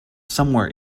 somewhere